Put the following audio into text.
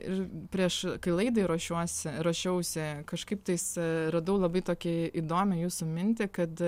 ir prieš kai laidai ruošiuosi ruošiausi kažkaip tais radau labai tokią įdomią jūsų mintį kad